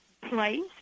place